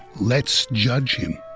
let's judge him